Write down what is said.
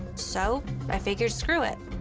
so i figured screw it.